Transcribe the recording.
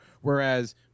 Whereas